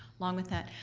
along with that,